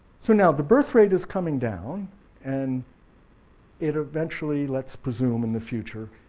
so now the birthrate is coming down and it eventually, let's presume in the future,